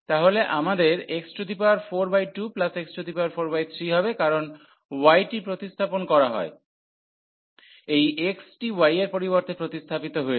তাহলে আমাদের x42x43 হবে কারণ y টি প্রতিস্থাপন করা হয় এই x টি y এর পরিবর্তে প্রতিস্থাপিত হয়েছে